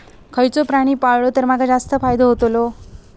खयचो प्राणी पाळलो तर माका जास्त फायदो होतोलो?